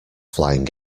flying